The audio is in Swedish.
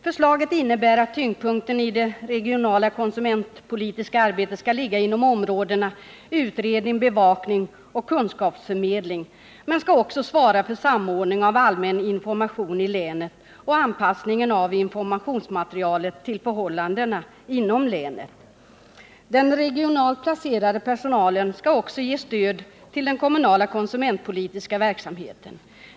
Förslaget innebär att tyngdpunkten i det regionala konsumentpolitiska arbetet skall ligga inom områdena utredning, bevakning och kunskapsförmedling, men man skall också svara för samordning av allmän information i länet och anpassningen av informationsmaterialet till förhållandena inom länet. Den regionalt placerade personalen skall också stödja den kommunala konsumentpolitiska verksamheten.